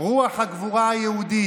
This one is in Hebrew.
רוח הגבורה היהודית,